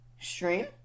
Stream